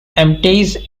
empties